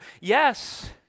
yes